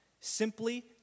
simply